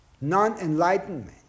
non-enlightenment